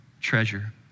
treasure